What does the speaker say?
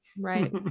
Right